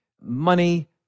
money